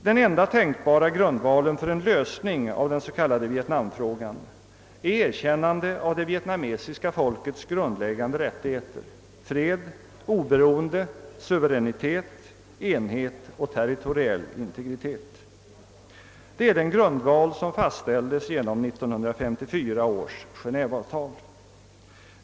Den enda tänkbara grundvalen för en lösning av den s.k. vietnamfrågan är erkännandet av det vietnamesiska folkets grundläggande rättigheter: fred, oberoende, suveränitet, enhet och territoriell integritet. Det är den grundval som fastställdes genom 1954 års Genéveavtal.